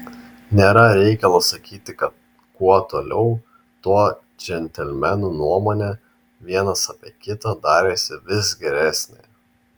nėra reikalo sakyti kad kuo toliau tuo džentelmenų nuomonė vienas apie kitą darėsi vis geresnė